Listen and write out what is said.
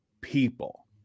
people